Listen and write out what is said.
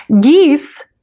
geese